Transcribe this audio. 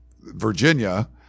Virginia